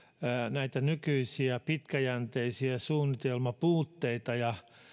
näitä nykyisiä pitkäjänteisiä suunnitelmapuutteita ja